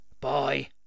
bye